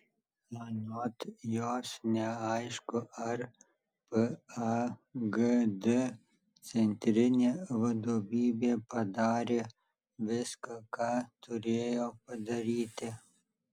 anot jos neaišku ar pagd centrinė vadovybė padarė viską ką turėjo padaryti